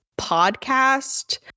podcast